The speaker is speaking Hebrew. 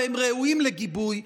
והם ראויים לגיבוי,